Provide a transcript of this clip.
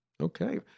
Okay